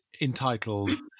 entitled